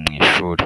mu ishuri.